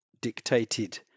dictated